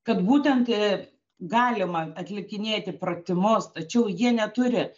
kad būtent galima atlikinėti pratimus tačiau jie neturi